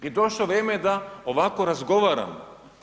I došlo je vrijeme da ovako razgovaramo.